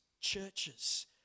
churches